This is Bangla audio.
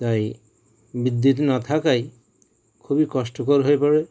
তাই বিদ্যুৎ না থাকায় খুবই কষ্টকর হয়ে পড়ে